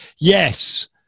yes